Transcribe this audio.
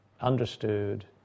understood